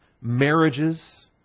marriages